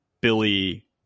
Billy